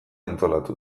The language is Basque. antolatu